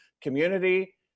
community